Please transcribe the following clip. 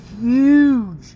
Huge